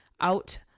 out